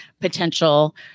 potential